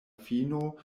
fino